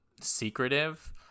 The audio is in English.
secretive